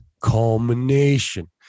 Culmination